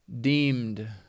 deemed